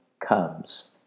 comes